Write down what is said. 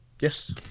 Yes